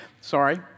Sorry